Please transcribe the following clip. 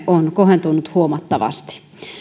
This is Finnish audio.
on kohentunut huomattavasti